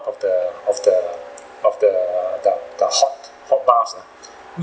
of the of the of the the the hot hot bath lah